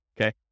okay